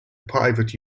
private